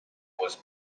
was